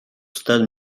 stade